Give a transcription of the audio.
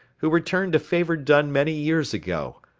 who returned a favor done many years ago.